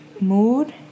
mood